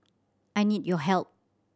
I need your help